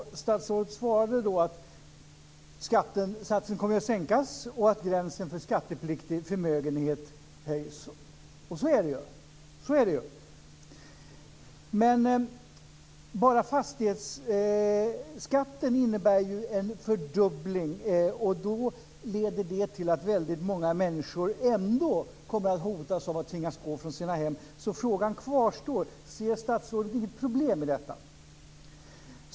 Statsrådet svarade då att skattesatsen kommer att sänkas och att gränsen för skattepliktig förmögenhet höjs. Så är det ju. Men bara fastighetsskatten innebär en fördubbling, och det leder till att väldigt många människor ändå kommer att hotas av att tvingas gå från sina hem. Frågan kvarstår. Ser statsrådet inget problem i detta?